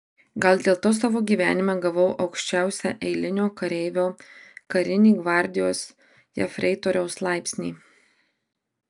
gal dėl to savo gyvenime gavau aukščiausią eilinio kareivio karinį gvardijos jefreitoriaus laipsnį